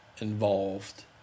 involved